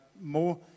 more